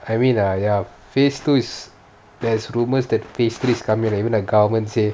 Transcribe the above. I mean err ya phase two is there's rumors that phase three is coming even the government say